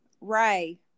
Ray